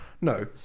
No